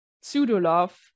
pseudo-love